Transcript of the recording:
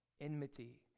enmity